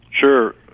Sure